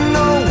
no